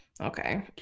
Okay